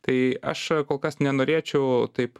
tai aš kol kas nenorėčiau taip